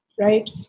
right